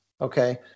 okay